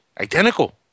identical